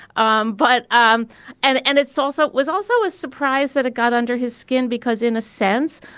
um but um and and it's also was also a surprise that it got under his skin, because in a sense,